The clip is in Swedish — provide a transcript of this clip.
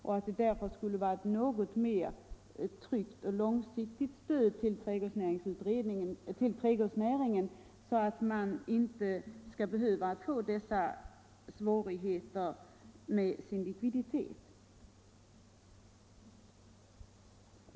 Det skulle därigenom bli ett något tryggare och mera långsiktigt stöd till trädgårdsnäringen, så att företagen inte skulle behöva få svårigheter med sin likviditet.